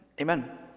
Amen